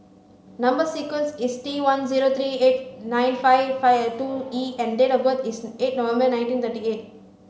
number sequence is T one zero three eight nine five five two E and date of birth is eight November nineteen thirty eight